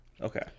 okay